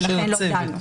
ולכן לא דנו.